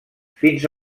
fins